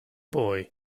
boy